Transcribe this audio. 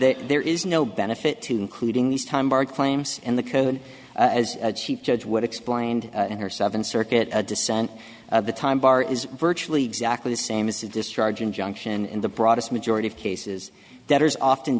that there is no benefit to including these time barred claims in the code and as a chief judge would explained in her seventh circuit a descent of the time bar is virtually exactly the same as a discharge injunction in the broadest majority of cases debtors often